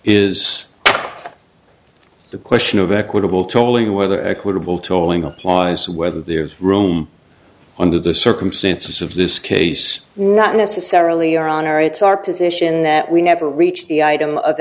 is the question of equitable tolly whether equitable tolling applies whether there is room under the circumstances of this case not necessarily on our it's our position that we never reach the item of